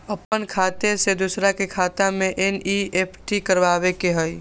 अपन खाते से दूसरा के खाता में एन.ई.एफ.टी करवावे के हई?